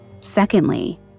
Secondly